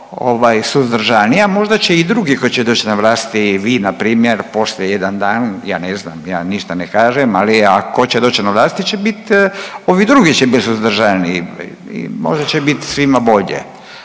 suzdržanija, možda će i drugi koji će doći na vlasti, vi na primjer, poslije jedan dan, ja ne znam, ja ništa ne kažem, ali tko će doći na vlasti će biti ovi drugi će biti suzdržaniji i možda će biti svima bolje,